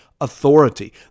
authority